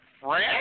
Fred